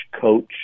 coach